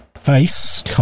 face